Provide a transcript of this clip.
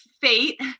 fate